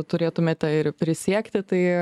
turėtumėte ir prisiekti tai